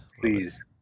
please